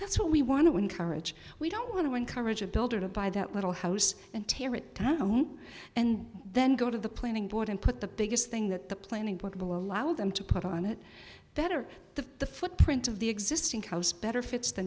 that's what we want to encourage we don't want to encourage a builder to buy that little house and tear it down and then go to the planning board and put the biggest thing that the planning board will allow them to put on it that are the footprint of the existing house better fits the